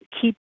keep